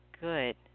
Good